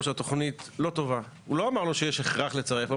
תוכנית שצריך להגדיל את הקו הכחול,